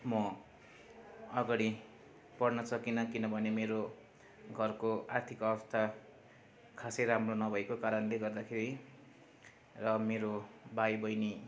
म अगाडि पढ्न सकिनँ किनभने मेरो घरको आर्थिक अवस्था खासै राम्रो नभएको कारणले गर्दाखेरि र मेरो भाइ बहिनी